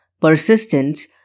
Persistence